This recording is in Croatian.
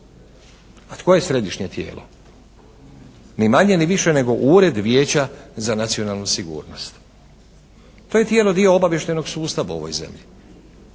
A tko je središnje tijelo? Ni manje ni više nego Ured Vijeća za nacionalnu sigurnost. To je tijelo dio obavještajnog sustava u ovoj zemlji.